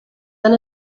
han